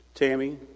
Tammy